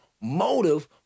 motive